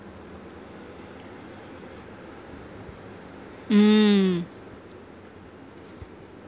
mm